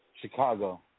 Chicago